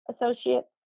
associates